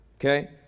Okay